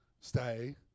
stay